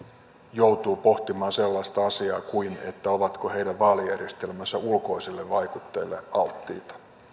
joutuu pohtimaan sellaista asiaa kuin ovatko heidän vaalijärjestelmänsä ulkoisille vaikutteille alttiita